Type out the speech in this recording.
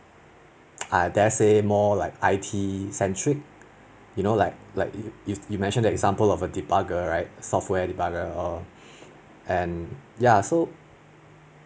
uh let's say like more I_T centric you know like like you you've mentioned the example of a debugger right software debugger uh and ya so